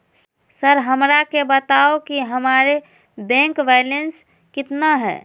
Sir हमरा के बताओ कि हमारे बैंक बैलेंस कितना है?